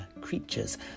creatures